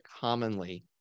commonly